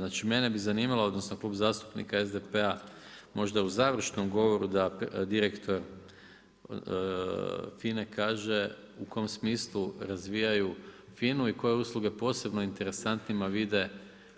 Znači mene bi zanimalo, odnosno Klub zastupnika SDP-a možda u završnom govoru da direktor FINA-e kaže u kom smislu razvijaju FINA-u i koje usluge posebno interesantnima vide